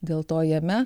dėl to jame